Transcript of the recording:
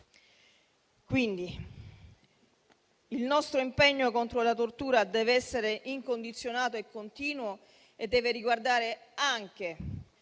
Il nostro impegno contro la tortura deve essere incondizionato e continuo e deve riguardare i